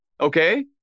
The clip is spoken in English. okay